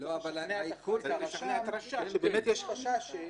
הרשם שבאמת יש חשש.